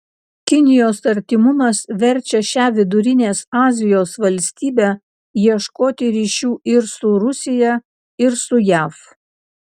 kinijos artimumas verčia šią vidurinės azijos valstybę ieškoti ryšių ir su rusija ir su jav